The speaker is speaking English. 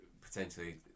potentially